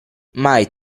mai